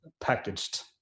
packaged